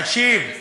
תקשיב,